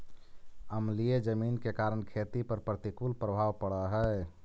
अम्लीय जमीन के कारण खेती पर प्रतिकूल प्रभाव पड़ऽ हइ